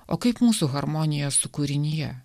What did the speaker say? o kaip mūsų harmonija su kūrinija